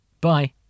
Bye